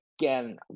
Again